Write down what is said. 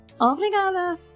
Obrigada